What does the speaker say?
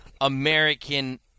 American